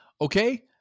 Okay